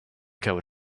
coat